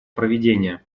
проведения